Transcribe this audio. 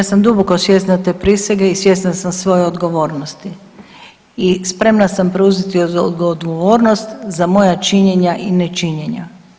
Ja sam duboko svjesna te prisege i svjesna sam svoje odgovornosti i spremna sam preuzeti odgovornost za moja činjenja i nečinjenja.